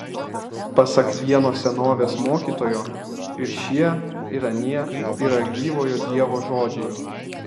pasak vieno senovės mokytojo ir šie ir anie yra gyvojo dievo žodžiai